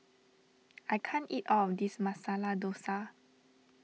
I can't eat all of this Masala Dosa